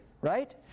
Right